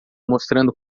mostrando